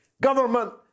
government